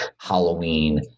Halloween